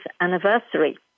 anniversary